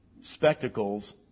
spectacles